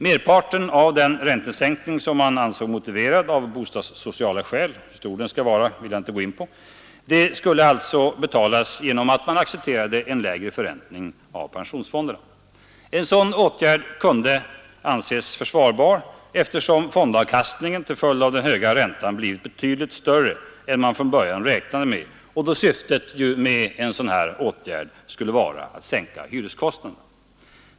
Merparten av den räntesänkning som man ansåg motiverad av bostadssociala skäl — hur stor den skall vara vill jag inte gå in på — skulle alltså kunna betalas genom att man accepterade en lägre förräntning av pensionsfonderna. En sådan åtgärd borde kunna anses försvarbar eftersom fondavkastningen till följd av den höga räntan blivit betydligt större än man från början räknade med och då syftet med åtgärden skulle vara att sänka hyreskostnaderna.